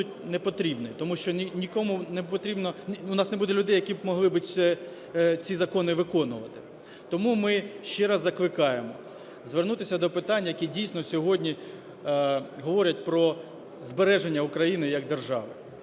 не потрібні. Тому що нікому не потрібно... у нас не буде людей, які могли би ці закони виконувати. Тому ми ще раз закликаємо звернутися до питань, які дійсно сьогодні говорять про збереження України як держави.